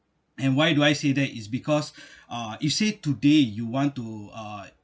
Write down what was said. and why do I say that is because uh you say today you want to uh